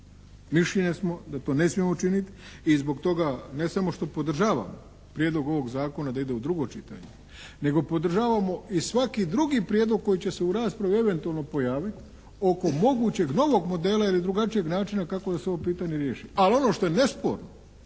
Mišljenja smo da to ne smijemo učiniti i zbog toga ne samo što podržavamo Prijedlog ovog zakona da ide u drugo čitanje nego podržavamo i svaki drugi prijedlog koji će se u raspravi eventualno pojaviti oko mogućeg novog modela ili drugačijeg načina kako da se ovo pitanje riješi? Ali ono što je nesporno,